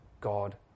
God